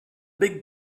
big